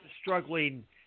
struggling